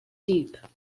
deep